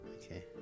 Okay